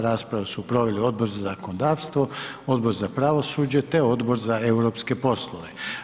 Raspravu su proveli Odbor za zakonodavstvo, Odbor za pravosuđe, te Odbor za europske poslove.